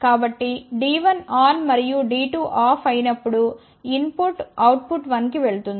కాబట్టి D1 on మరియు D2 off అయినప్పుడు ఇన్ పుట్ అవుట్ పుట్ 1 కి వెళుతుంది